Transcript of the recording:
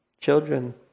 children